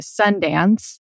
Sundance